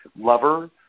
lover